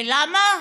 ולמה?